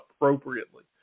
appropriately